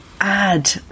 add